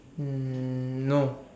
um no